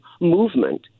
movement